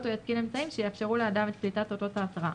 או יתקין אמצעים שיאפשרו לאדם את קליטת אותות ההתרעה,